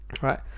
right